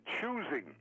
choosing